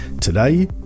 Today